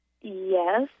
Yes